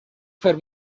fer